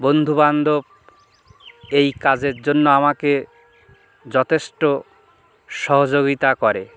বন্ধুবান্ধব এই কাজের জন্য আমাকে যথেষ্ট সহযোগিতা করে